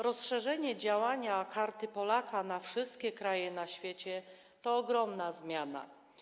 Rozszerzenie działania Karty Polaka na wszystkie kraje na świecie to ogromna zmiana.